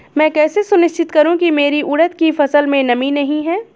मैं कैसे सुनिश्चित करूँ की मेरी उड़द की फसल में नमी नहीं है?